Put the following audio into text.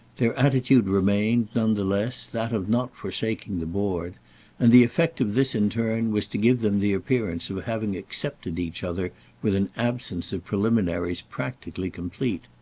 their attitude remained, none the less, that of not forsaking the board and the effect of this in turn was to give them the appearance of having accepted each other with an absence of preliminaries practically complete.